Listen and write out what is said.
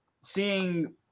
seeing